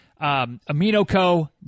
AminoCo